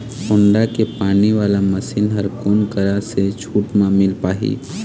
Honda के पानी वाला मशीन हर कोन करा से छूट म मिल पाही?